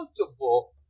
comfortable